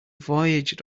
voyaged